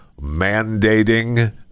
mandating